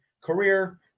career